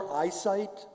eyesight